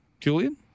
Julian